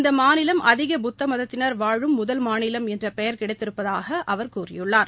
இந்த மாநிலம் அதிக புத்தமதத்தினா் வாழும் முதல் மாநிலம் என்ற பெயர் கிடைத்திருப்பதாக அவர் கூறியுள்ளார்